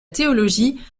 théologie